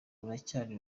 ruracyari